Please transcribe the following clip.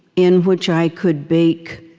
in which i could bake